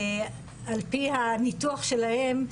על-פי הניתוח שלהם,